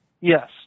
Yes